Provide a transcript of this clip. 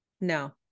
no